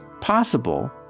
possible